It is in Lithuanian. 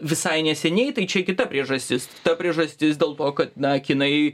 visai neseniai tai čia kita priežastis ta priežastis dėl to kad na kinai